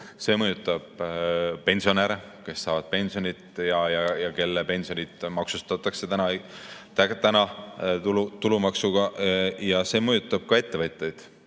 see mõjutab pensionäre, kes saavad pensioni ja kelle pensioni maksustatakse tulumaksuga, ja see mõjutab ka ettevõtjaid.